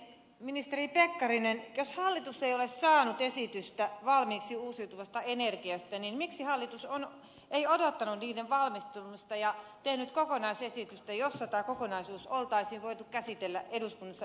ministeri pekkarinen jos hallitus ei ole saanut esitystä valmiiksi uusiutuvasta energiasta niin miksi hallitus ei odottanut sen valmistumista ja tehnyt kokonaisesitystä jolloin tämä kokonaisuus olisi voitu käsitellä eduskunnassa yhtenäisesti